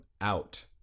out